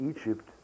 Egypt